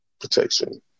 protection